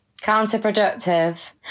counterproductive